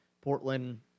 Portland